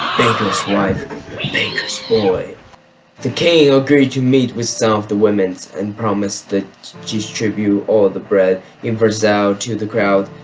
baker's wife baker's boy the king agreed to meet with some of the woman and promise that distribute all the bread in versailles to the crowd.